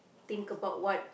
think about what